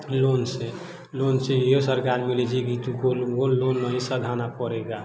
loan सँ loan सँ इहे सरकार मिलै छै कि लोन सधाना पड़ेगा